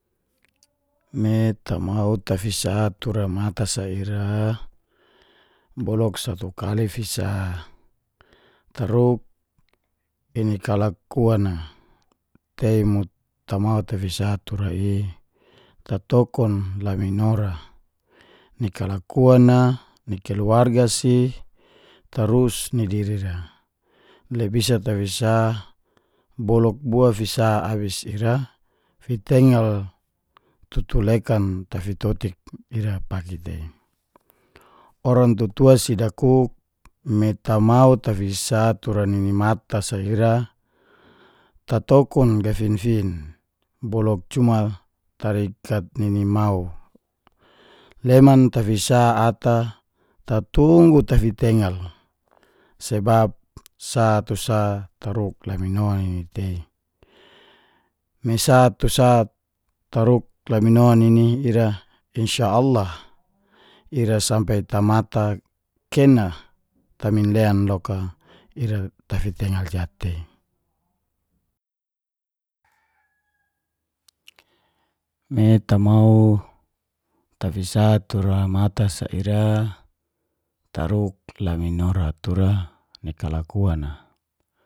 Me tamau tafisa tura mata sa ira, boluk satu kali fisa. taruk nini kalakuang a tei mo tawei tafisa tura i tatokun laminora, ni kalakuan a, ni keluarga si, tarus ni diri ra. Le bisa tafisa boluk bua fisa abis ira fitengal tutu lekan tafitotik ira paki tei. Orang tutua si dakuk, me tamau tafisa utra nini mata si ira, tatokun gafifin boluk cuma tarikat nini mau leman tafisa ata tatunggu tafitengal. Sebab sa tu sa taruk lamino nini tei, me sa tu sa taruk lamino nini ira insya allah ira sampe tamata kena, ta minlen loka ira tafitengal jatei. Me tamau tafisa tura mata sa ira, taruk laminora tura ni kalakuang a